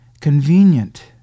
Convenient